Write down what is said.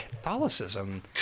Catholicism